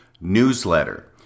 newsletter